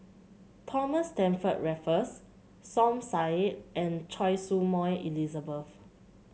Thomas Stamford Raffles Som Said and Choy Su Moi Elizabeth